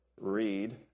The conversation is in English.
read